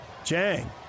Chang